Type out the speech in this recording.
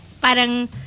parang